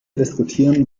diskutieren